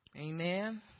amen